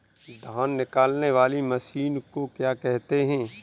धान निकालने वाली मशीन को क्या कहते हैं?